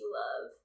love